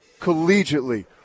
collegiately